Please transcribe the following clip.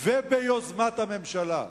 וביוזמת הממשלה.